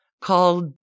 called